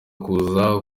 kuza